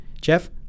Jeff